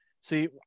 See